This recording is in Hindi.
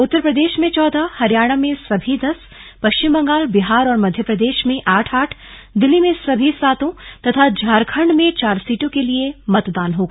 उत्तर प्रदेश में चौदह हरियाणा में सभी दस पश्चिम बंगाल बिहार और मध्य प्रदेश में आठ आठ दिल्ली में सभी सातों तथा झारखंड में चार सीटों के लिये मतदान होगा